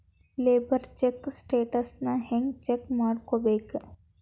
Labour check ಸ್ಟೆಟಸನ್ನ ಹೆಂಗ್ check ಮಾಡ್ಕೊಬೇಕ್?